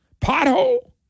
Pothole